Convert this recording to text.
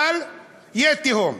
אבל תהיה תהום.